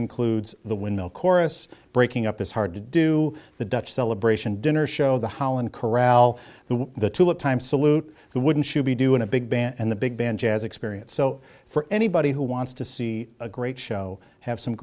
includes the windmill chorus breaking up is hard to do the dutch celebration dinner show the holland corral the the tulip time salute the wouldn't be doing a big band and the big band jazz experience so for anybody who wants to see a great show have some